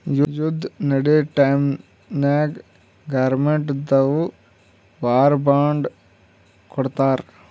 ಯುದ್ದ ನಡ್ಯಾ ಟೈಮ್ನಾಗ್ ಗೌರ್ಮೆಂಟ್ ದವ್ರು ವಾರ್ ಬಾಂಡ್ ಕೊಡ್ತಾರ್